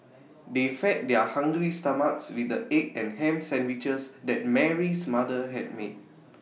they fed their hungry stomachs with the egg and Ham Sandwiches that Mary's mother had made